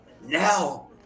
Now